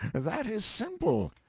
that is simple.